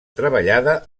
treballada